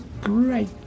great